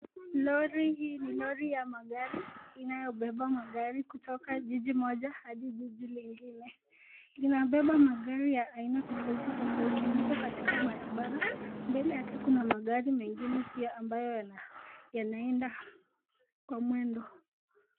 Lori hii, ni lori ya magari inayo beba magari kutoka jiji moja hadi jiji lingine linabeba magari ya aina tofauti tofauti liko katika barabara mbele yake kuna magari mengine pia ambao yanaenda kwa mwendo.